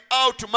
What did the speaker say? out